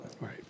Right